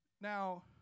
Now